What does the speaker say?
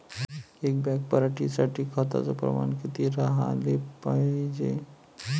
एक बॅग पराटी साठी खताचं प्रमान किती राहाले पायजे?